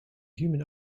human